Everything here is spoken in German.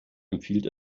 empfiehlt